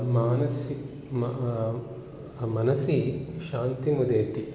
मानसिकः म मनसि शान्तिम् उदेति